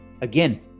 again